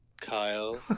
Kyle